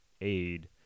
aid